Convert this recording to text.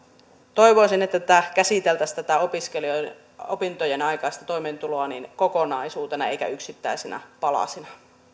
toivoisin että tätä opiskelijoiden opintojen aikaista toimeentuloa käsiteltäisiin kokonaisuutena eikä yksittäisinä palasina